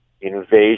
invasion